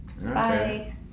bye